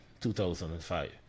2005